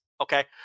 okay